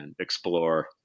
explore